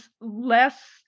less